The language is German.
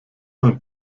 und